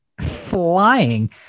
flying